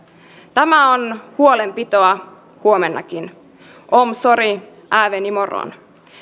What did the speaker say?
tämä on huolenpitoa huomennakin omsorg även i morgon